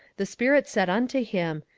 the spirit said unto him,